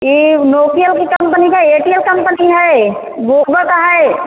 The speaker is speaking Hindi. ई नोकिया की कम्पनी का एयरटेल कम्पनी है वोडा का है